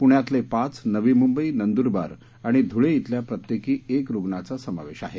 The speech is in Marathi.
पुण्यातले पाच नवी मुंबई नंदुरबार आणि धुळे खेल्या प्रत्येकी एका रुग्णाचा समावेश आहे